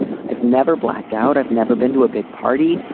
i've never blacked out. i've never been to a big party.